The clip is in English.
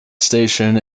station